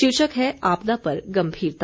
शीर्षक है आपदा पर गंभीरता